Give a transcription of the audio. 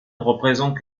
représente